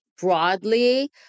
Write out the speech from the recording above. broadly